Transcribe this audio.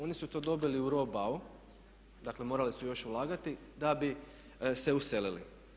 Oni su to dobili u rohbau, dakle morali su još ulagati, da bi se uselili.